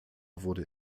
wurde